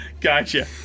Gotcha